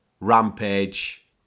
Rampage